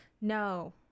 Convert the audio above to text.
No